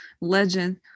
legend